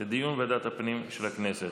לדיון בוועדת הפנים של הכנסת.